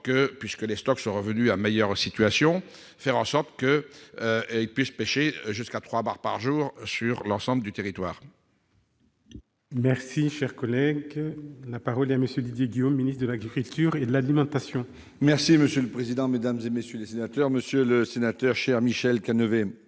puisque les stocks sont dans une meilleure situation, que les plaisanciers puissent pêcher jusqu'à trois bars par jour sur l'ensemble du territoire